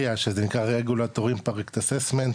ריאגולטורים פרקטססמנט,